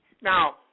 Now